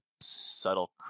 subtle